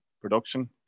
production